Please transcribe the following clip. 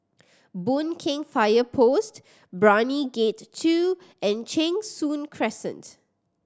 Boon Keng Fire Post Brani Gate Two and Cheng Soon Crescent